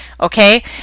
Okay